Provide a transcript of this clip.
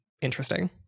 interesting